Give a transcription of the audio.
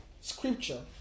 scripture